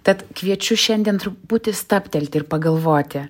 tad kviečiu šiandien truputį stabtelti ir pagalvoti